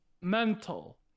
Mental